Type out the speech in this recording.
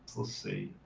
let's see.